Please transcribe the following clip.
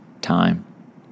time